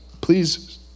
Please